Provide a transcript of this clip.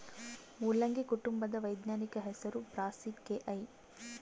ಮುಲ್ಲಂಗಿ ಕುಟುಂಬದ ವೈಜ್ಞಾನಿಕ ಹೆಸರು ಬ್ರಾಸಿಕೆಐ